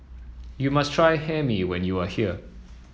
you must try Hae Mee when you are here